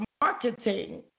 marketing